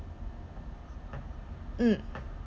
mm